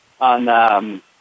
on